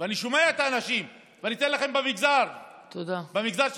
ואני שומע את האנשים, ואני אתן לכם, במגזר, תודה.